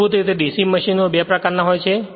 મૂળભૂત રીતે DC મશીનો બે પ્રકારના હોય છે